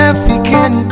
African